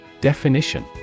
Definition